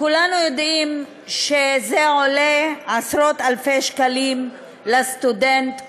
כולנו יודעים שזה עולה עשרות-אלפי שקלים לסטודנט,